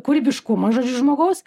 kūrybiškumas žodžiu žmogaus